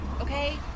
okay